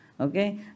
okay